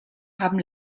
haben